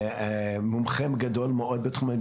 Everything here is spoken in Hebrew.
מומחה גדול מאוד בתחום.